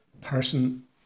person